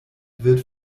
wird